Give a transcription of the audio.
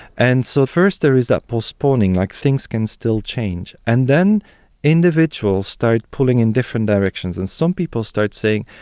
and so at first there is that postponing, like things can still change. and then individuals start pulling in different directions. and some people start saying,